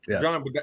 John